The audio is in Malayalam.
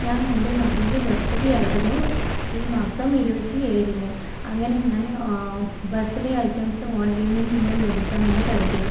ഞാനെന്റെ മകന്റെ ബർത്ത് ഡേ ആയിരുന്നു ഈ മാസം ഇരുപത്തി ഏഴിന് അങ്ങനെ ഞാൻ ബർത്ത് ഡേ ഐറ്റംസ് ഓൺലൈനിൽ നിന്ന് മേടിക്കാം എന്ന് കരുതി